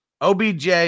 OBJ